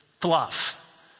fluff